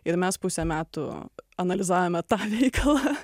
ir mes pusę metų analizavome tą veiklą